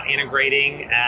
integrating